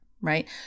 right